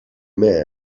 man